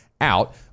out